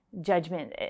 judgment